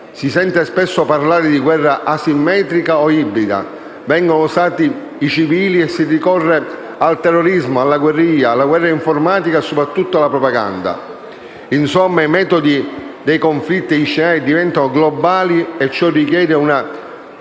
Si sente spesso parlare di guerra asimmetrica o ibrida, vengono usati i civili e si ricorre al terrorismo, alla guerriglia, alla guerra informatica e soprattutto alla propaganda. Insomma, i metodi dei conflitti e gli scenari diventano globali e ciò richiede una